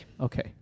Okay